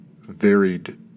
varied